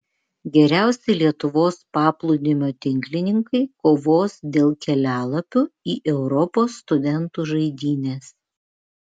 geriausi lietuvos paplūdimio tinklininkai kovos dėl kelialapių į europos studentų žaidynes